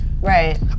Right